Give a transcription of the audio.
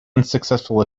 unsuccessful